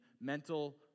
mental